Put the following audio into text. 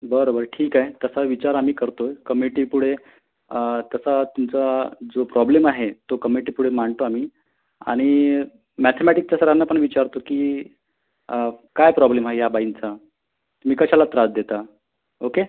बरं बरं ठीक आहे तसा विचार आम्ही करतो आहे कमिटीपुढे तसा तुमचा जो प्रॉब्लेम आहे तो कमिटीपुढे मांडतो आम्ही आणि मॅथेमॅटिकच्या सरांना पण विचारतो की काय प्रॉब्लेम आहे या बाईंचा तुम्ही कशाला त्रास देता ओके